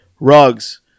rugs